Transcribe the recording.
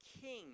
King